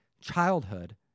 childhood